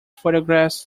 photographs